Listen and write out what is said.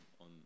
on